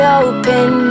open